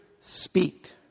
Speak